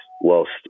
whilst